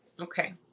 Okay